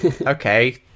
Okay